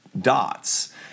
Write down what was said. dots